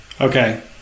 Okay